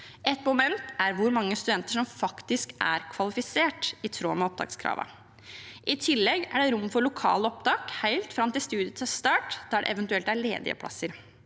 Ett moment er hvor mange studenter som faktisk er kvalifisert i tråd med opptakskravene. I tillegg er det rom for lokale opptak helt fram til studiestart der det eventuelt er ledige plasser.